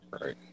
right